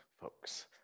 folks